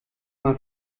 mal